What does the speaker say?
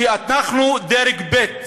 שאנחנו דרג ב'.